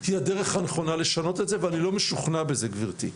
היא הדרך הנכונה לשנות את זה ואני לא משוכנע בזה גברתי,